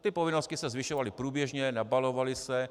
Ty povinnosti se zvyšovaly průběžně, nabalovaly se.